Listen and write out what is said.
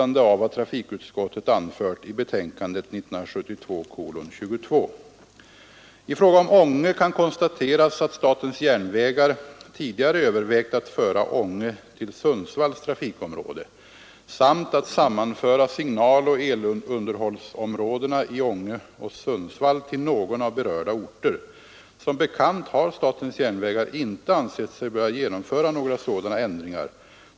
I fråga om Ånge kan konstateras att statens järnvägar tidigare övervägt att föra Ånge till Sundsvalls trafikområde samt att sammanföra signaloch elunderhållsområdena i Ånge och Sundsvall till någon av berörda orter. Som bekant har statens järnvägar inte ansett sig böra genomföra några sådana förändringar.